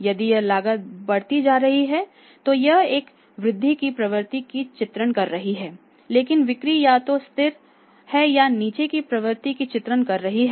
यदि यह लागत बढ़ती जा रही है तो यह एक वृद्धि की प्रवृत्ति का चित्रण कर रही है लेकिन बिक्री या तो स्थिर है या नीचे की प्रवृत्ति का चित्रण कर रही है